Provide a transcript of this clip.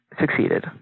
succeeded